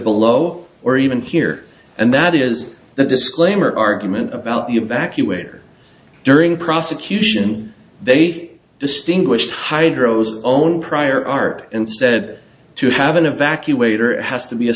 below or even here and that is the disclaimer argument about the evacuated during prosecution they distinguished hydros own prior art and said to have been evacuated has to be a